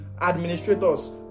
administrators